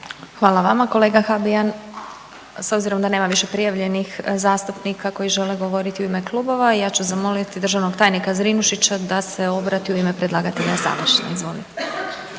Hvala vama kolega Habijan. S obzirom da nema više prijavljenih zastupnika koji žele govoriti u ime klubova, ja ću zamoliti državnog tajnika Zrinušića da se obrati u ime predlagatelja završno.